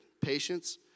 patience